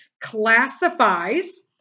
classifies